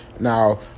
Now